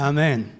Amen